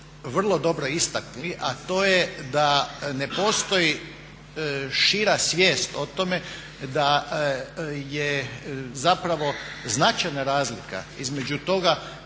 vrlo dobro istakli a to je da ne postoji šira svijest o tome da je zapravo značajna razlika između toga